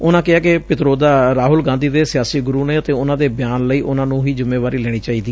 ਉਨੂਾਂ ਕਿਹਾ ਕਿ ਪਿਤਰੋਦਾ ਰਾਹੁਲ ਗਾਧੀ ਦੇ ਸਿਆਸੀ ਗੁਰੂ ਨੇ ਅਤੇ ਉਨੂਾ ਦੇ ਬਿਆਨ ਲਈ ਉਨੂਾ ਨੂੰ ਹੀ ਜੂੰਮੇਵਾਰੀ ਲੈਣੀ ਚਾਹੀਦੀ